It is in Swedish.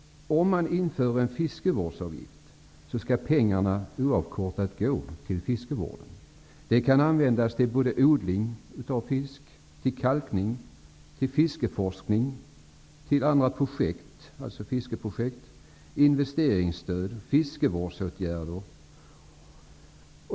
Om man inför en fiskevårdsavgift, skall pengarna oavkortat gå till fiskevård. De kan användas till bl.a. odling av fisk, kalkning, fiskeforskning, fiskeprojekt, investeringsstöd och fiskevårdsåtgärder.